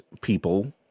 people